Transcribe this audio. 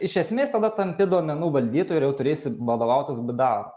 iš esmės tada tampi duomenų valdytoju ir jau turėsi vadovautis bdaru